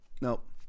Nope